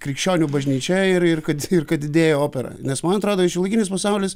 krikščionių bažnyčia ir ir kad ir kad didėja opera nes man atrodo šiuolaikinis pasaulis